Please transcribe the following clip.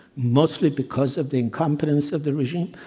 mostly because of the incompetence of the regime,